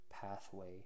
pathway